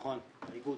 נכון, מנכ"ל האיגוד,